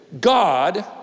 God